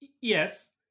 Yes